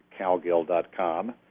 CalGill.com